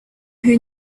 who